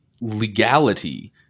legality